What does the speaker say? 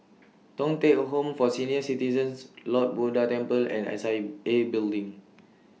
Thong Teck Home For Senior Citizens Lord Buddha Temple and S I A Building